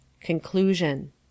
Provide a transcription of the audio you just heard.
Conclusion